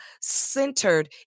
centered